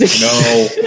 No